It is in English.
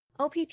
OPP